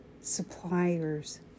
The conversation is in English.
suppliers